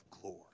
glory